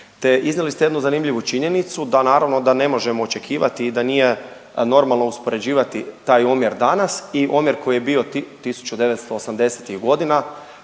te iznijeli ste jednu zanimljivu činjenicu da naravno da ne možemo očekivati i da nije normalno uspoređivati taj omjer danas i omjer koji je bio 1980. godina